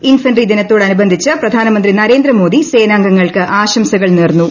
infantry ദിനത്തോടനുബന്ധിച്ച് പ്രധാനമന്ത്രി നരേന്ദ്രമോദി സേനാംഗങ്ങൾക്ക് ആശംസകൾ നേർന്നു